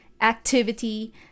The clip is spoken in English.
activity